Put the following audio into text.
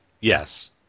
Yes